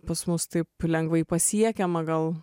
pas mus taip lengvai pasiekiama gal